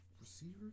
receivers